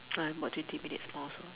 about twenty minutes more also